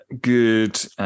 good –